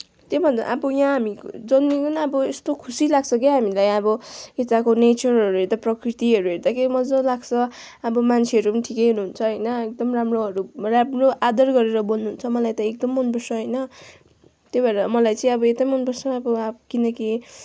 त्योभन्दा अब यहाँ हामी जन्मिएको नि यस्तो खुसी लाग्छ के हामीलाई अब यताको नेचरहरू हेर्दा प्रकृतिहरू हेर्दाखेरि मजा लाग्छ अब मान्छेहरू पनि ठिकै हुनुहुन्छ होइन एकदम राम्रोहरू राम्रो आदर गरेर बोल्नुहुन्छ मलाई त एकदम मनपर्छ होइन त्यही भएर मलाई चाहिँ अब यतै मनपर्छ अब किनकि